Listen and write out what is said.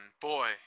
boy